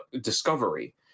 discovery